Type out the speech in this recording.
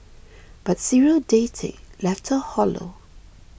but serial dating left her hollow